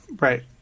Right